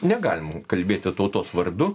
negalim kalbėti tautos vardu